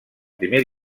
primer